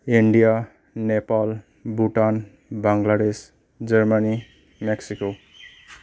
India Nepal Bhutan Bangladesh Germany Mexico